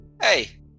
hey